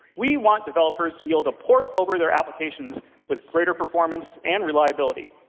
we want developers to be able to port over their applications with greater performance and reliability.